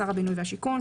שר הבינוי והשיכון,